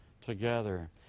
together